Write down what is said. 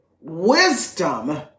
Wisdom